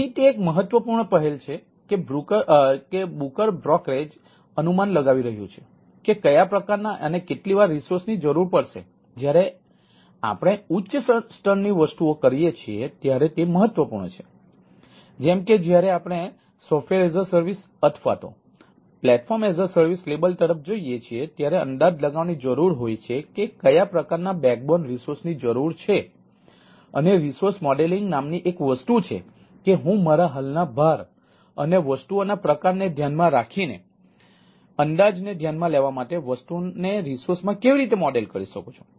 તેથી તે એક મહત્વપૂર્ણ પહેલ છે કે બુકર બ્રોકરેજ નામની એક વસ્તુ છે કે હું મારા હાલના ભાર અને વસ્તુઓના પ્રકારને ધ્યાનમાં રાખીને અંદાજને ધ્યાનમાં લેવા માટે વસ્તુને રિસોર્સ માં કેવી રીતે મોડેલ કરી શકું છું